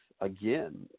again